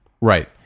Right